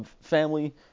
Family